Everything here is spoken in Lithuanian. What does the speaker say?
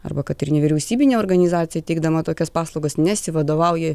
arba kad ir nevyriausybinė organizacija teikdama tokias paslaugas nesivadovauja